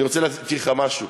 אני רוצה להזכיר לך משהו: